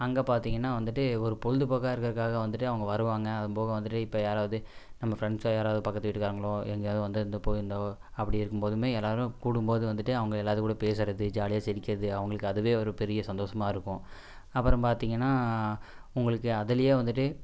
அங்கே பார்த்தீங்கனா வந்துட்டு ஒரு பொழுதுப்போக்காக இருக்கிறக்காக வந்துட்டு அவங்க வருவாங்க அதுவும்போக வந்துட்டு இப்போ யாராவது நம்ம ஃப்ரெண்ட்ஸோ யாராவது பக்கத்து வீட்டுக்காரங்களோ எங்கேயாவது வந்து இந்த போ இந்த அப்படி இருக்கும்போதுமே எல்லோரும் கூடும்போது வந்துட்டு அவங்க எல்லாத்துக்கூட பேசுகிறது ஜாலியாக சிரிக்கிறது அவங்களுக்கு அதுவே ஒரு பெரிய சந்தோஷமாக இருக்கும் அப்புறம் பார்த்தீங்கனா உங்களுக்கு அதுலேயே வந்துட்டு